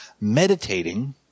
meditating